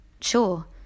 Sure